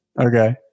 okay